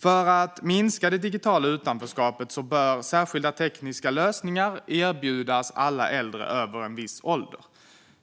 För att minska det digitala utanförskapet bör särskilda tekniska lösningar erbjudas alla över en viss ålder.